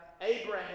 Abraham